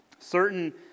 Certain